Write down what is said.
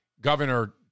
Governor